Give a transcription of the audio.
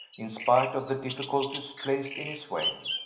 in spite of the difficulties placed in his way.